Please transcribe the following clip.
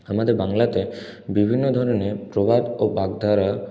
আমাদের বাংলাতে বিভিন্ন ধরনের প্রবাদ ও বাগধারা